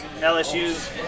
LSU's